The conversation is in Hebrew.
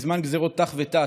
בזמן גזרות ת"ח ות"ט,